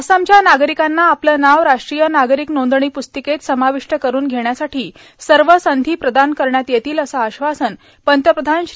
आसामच्या नागरिकांना आपलं नाव राष्ट्रीय नागरिक नोंदणी प्रस्तिकेत समाविष्ट करून घेण्यासाठी सर्व संधी प्रदान करण्यात येतील असं आश्वासन पंतप्रधान श्री